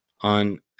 on